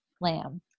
lamb